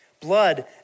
blood